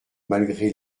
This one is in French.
malgré